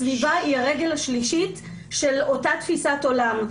סביבה היא הרגל השלישית של אותה תפיסת עולם.